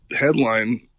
headline